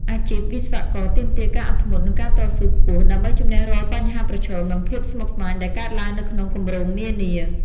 អាជីពវិស្វករទាមទារ ការអត់ធ្មត់ និងការតស៊ូ ខ្ពស់ ដើម្បី ជំនះរាល់បញ្ហាប្រឈម និងភាពស្មុគស្មាញដែលកើតឡើងនៅក្នុងគម្រោងនានា។